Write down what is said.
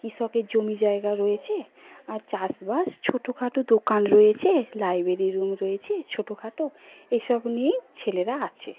কৃষকের জমি জায়গা রয়েছে আর চাষবাস ছোটো খাটো দোকান রয়েছে লাইব্রেরি রুম রয়েছে ছোটো খাটো এসব নিয়েই ছেলেরা আছে